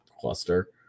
cluster